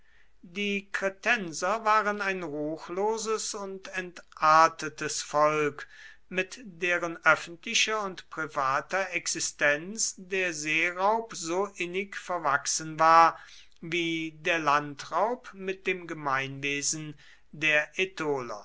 die kretenser waren ein ruchloses und entartetes volk mit deren öffentlicher und privater existenz der seeraub so innig verwachsen war wie der landraub mit dem gemeinwesen der